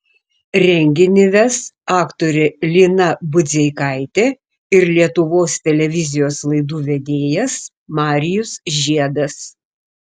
renginį ves aktorė lina budzeikaitė ir lietuvos televizijos laidų vedėjas marijus žiedas